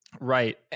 Right